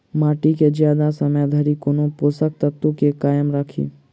माटि केँ जियादा समय धरि कोना पोसक तत्वक केँ कायम राखि?